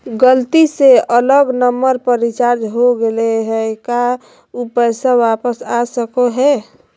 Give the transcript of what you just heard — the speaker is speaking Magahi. गलती से अलग नंबर पर रिचार्ज हो गेलै है का ऊ पैसा वापस आ सको है?